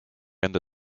enda